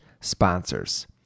sponsors